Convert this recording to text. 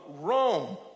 Rome